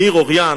מאיר אוריין,